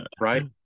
Right